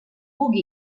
puga